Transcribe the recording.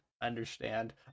understand